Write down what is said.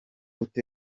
icyo